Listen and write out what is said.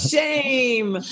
Shame